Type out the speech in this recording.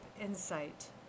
insight